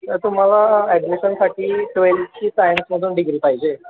तुम्हाला ॲडमिशनसाठी ट्वेल्थची सायन्समधून डिग्री पाहिजे